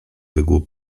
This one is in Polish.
wygłu